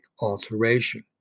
alteration